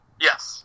Yes